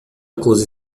óculos